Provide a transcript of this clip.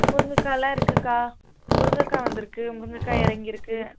முருங்கைக்காலாம் இருக்குதுக்கா முருங்கைக்கா வந்திருக்கு முருங்கைக்கா இறங்கிருக்கு